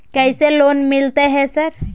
कैसे लोन मिलते है सर?